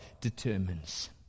determines